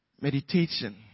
Meditation